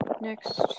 Next